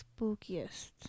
spookiest